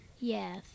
Yes